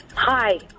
Hi